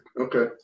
okay